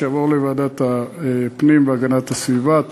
שיעבור לוועדת הפנים והגנת הסביבה.